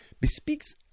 bespeaks